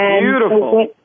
Beautiful